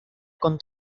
con